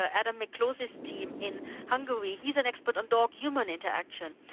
ah adam miklosi's team in hungary, he's an expert on dog human interaction,